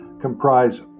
comprise